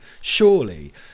surely